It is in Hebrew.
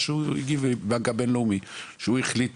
מה שהו הגיב בבנק הבינלאומי, שהוא החליט